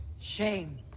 shame